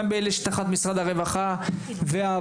גם באלה שתחת משרד הרווחה והעבודה.